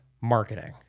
marketing